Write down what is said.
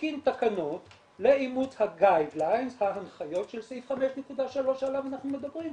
תתקין תקנות לאימוץ ההנחיות של סעיף 5.3 שאנחנו מדברים כאן"